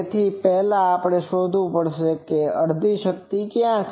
તેથી પહેલા આપણે શોધવું પડશે કે અડધી શક્તિ ક્યાં છે